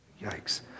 Yikes